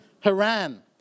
Haran